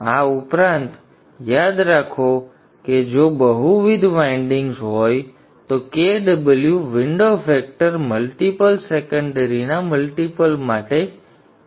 આ ઉપરાંત યાદ રાખો કે જો બહુવિધ વાઇન્ડિંગ્સ હોય તો Kw વિન્ડો ફેક્ટર મલ્ટીપલ સેકન્ડરીના મલ્ટીપલ માટે 0